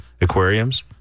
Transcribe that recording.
Aquariums